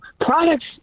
products